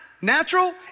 natural